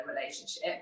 relationship